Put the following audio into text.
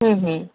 ହୁଁ ହୁଁ